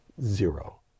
Zero